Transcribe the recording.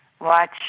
watch